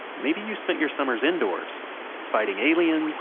maybe you spent your summers indoors fighting aliens,